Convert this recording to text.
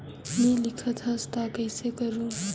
नी लिखत हस ता कइसे करू?